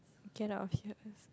cannot hear us